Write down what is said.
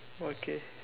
okay